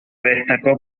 destacó